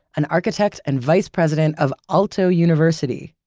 an architect and vice president of aalto university,